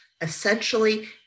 essentially